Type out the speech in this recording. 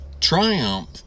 Triumph